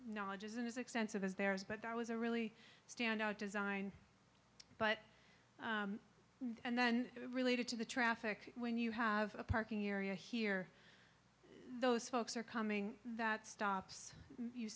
knowledge isn't as extensive as there is but that was a really standout design but and then related to the traffic when you have a parking area here those folks are coming that stops you